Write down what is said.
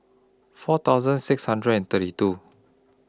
four thousand six hundred and thirty two